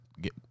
get